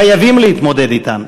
חייבים להתמודד אתן,